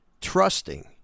trusting